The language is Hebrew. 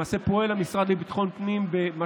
למעשה, המשרד לביטחון פנים פועל